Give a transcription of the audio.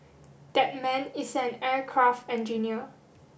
that man is an aircraft engineer